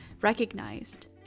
recognized